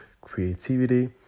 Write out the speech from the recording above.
creativity